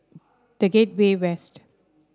The Gateway West